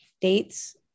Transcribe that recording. dates